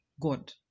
God